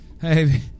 Hey